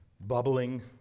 bubbling